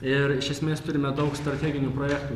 ir iš esmės turime daug strateginių projektų